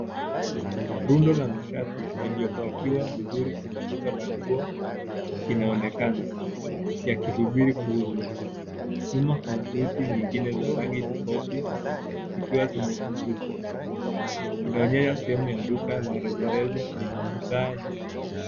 Rundo la masharti, yaliyopakiwa vizuri kwenye duka la nguo, inaonekana, yakisubiri kuuzwa. Nyuma kuna suti nyingine za rangi tofauti, zikiwa zimetundukwa. Inaonyesha sehemu ya duka la rejareja lenye bidhaa nyingi.